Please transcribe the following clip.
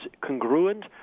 congruent